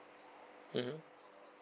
mmhmm